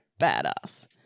badass